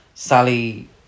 Sally